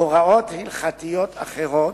הוראות הלכתיות אחרות,